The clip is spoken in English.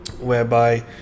whereby